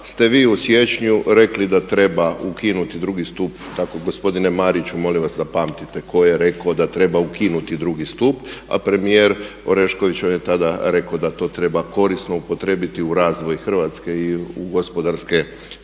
ste vi u siječnju rekli da treba ukinuti drugi stup, tako gospodine Mariću molim vas da pamtite tko je rekao da treba ukinuti drugi stup a premijer Orešković, on je tada rekao da to treba korisno upotrijebiti u razvoj Hrvatske i u gospodarske